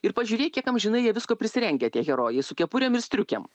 ir pažiūrėk kiek amžinai jie visko prisirengę tie herojai su kepurėm ir striukėm